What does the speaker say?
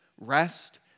rest